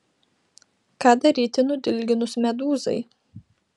ką daryti nudilginus medūzai